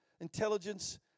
intelligence